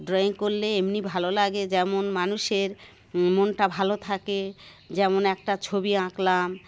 drawing করলে এমনি ভালো লাগে যেমন মানুষের মনটা ভালো থাকে যেমন একটা ছবি আঁকলাম